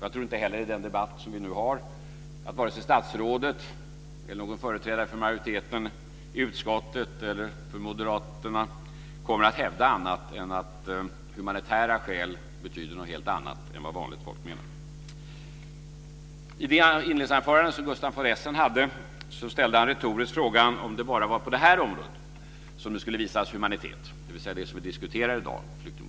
Jag tror inte heller att vare sig statsrådet, någon företrädare för majoriteten i utskottet eller för Moderaterna kommer att hävda annat i den debatt som vi nu har än att humanitära skäl betyder något helt annat än vad vanligt folk menar. I sitt inledningsanförande ställde Gustaf von Essen retoriskt frågan om det bara var på det här området, dvs. det som vi diskuterar i dag, nämligen flyktingpolitik, som det skulle visas humanitet.